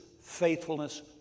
faithfulness